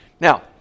Now